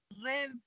live